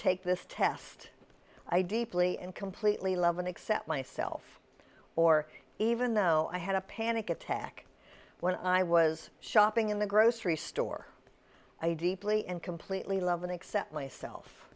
take this test i deeply and completely love and accept myself or even though i had a panic attack when i was shopping in the grocery store i deeply and completely love and accept myself